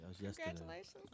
Congratulations